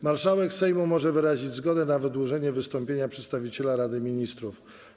Marszałek Sejmu może wyrazić zgodę na wydłużenie wystąpienia przedstawiciela Rady Ministrów.